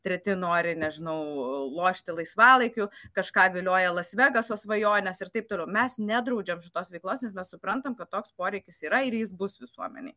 treti nori nežinau lošti laisvalaikiu kažką vilioja las vegaso svajonės ir taip toliau mes nedraudžiam šitos veiklos nes mes suprantam kad toks poreikis yra ir jis bus visuomenėj